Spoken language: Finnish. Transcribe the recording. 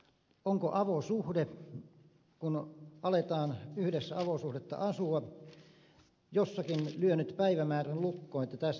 onko avosuhde kun aletaan yhdessä avosuhdetta asua jossakin lyönyt päivämäärän lukkoon että tästä se alkoi